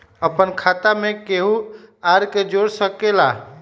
अपन खाता मे केहु आर के जोड़ सके ला?